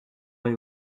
avez